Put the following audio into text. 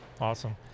Awesome